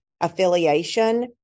affiliation